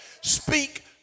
speak